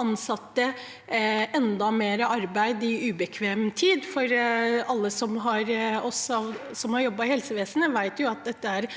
ansatte enda mer arbeid i ubekvem tid. Alle vi som har jobbet i helsevesenet, vet at dette er